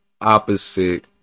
opposite